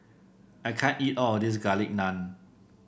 I can't eat all of this Garlic Naan